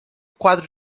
quadro